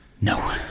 no